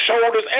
shoulders